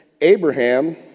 Abraham